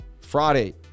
Friday